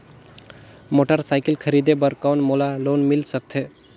Motorcycle खरीदे बर कौन मोला लोन मिल सकथे?